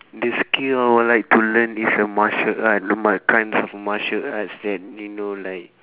the skill I would like to learn is a martial arts the makan of martial arts that you know like